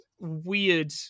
weird